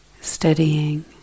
Steadying